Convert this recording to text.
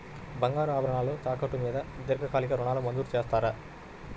బంగారు ఆభరణాలు తాకట్టు మీద దీర్ఘకాలిక ఋణాలు మంజూరు చేస్తారా?